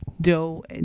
dough